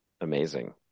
Amazing